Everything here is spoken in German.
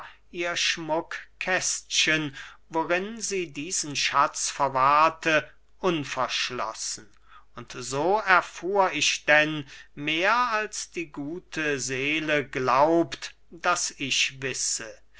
ihr schmuckkästchen worin sie diesen schatz verwahrte unverschlossen und so erfuhr ich denn mehr als die gute seele glaubt daß ich wisse